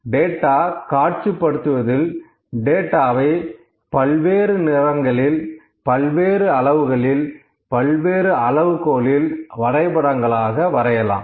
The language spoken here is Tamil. டேட்டா காட்சிப்படுத்துவதில் டேட்டாவை பல்வேறு நிறங்களில் பல்வேறு அளவுகளில் பல்வேறு அளவுகோலில் வரைபடங்களாக வரையலாம்